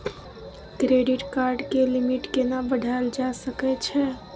Credit card के limit केना बढायल जा सकै छै?